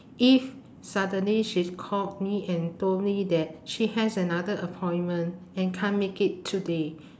if suddenly she called me and told me that she has another appointment and can't make it today